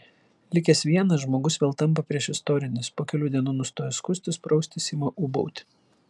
likęs vienas žmogus vėl tampa priešistorinis po kelių dienų nustoja skustis praustis ima ūbauti